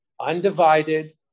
undivided